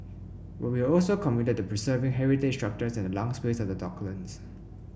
but we are also committed to preserving heritage structures and the lung space of the docklands